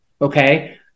okay